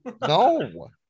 No